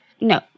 No